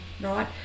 right